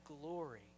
glory